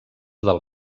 del